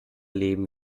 leben